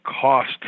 cost